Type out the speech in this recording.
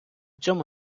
цьому